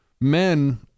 men